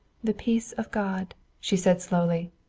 the peace of god! she said slowly.